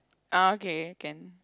uh okay can